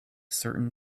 certain